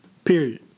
Period